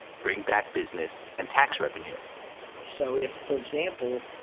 bring back business and tax revenue so if, for example,